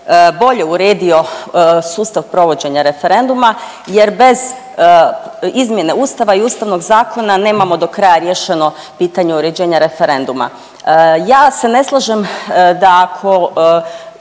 bolje uredio sustav provođenja referenduma jer bez izmjene ustava i Ustavnog zakona nemamo do kraja riješeno pitanje uređenja referenduma. Ja se ne slažem da ako,